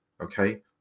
Okay